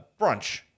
brunch